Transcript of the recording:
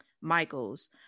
michael's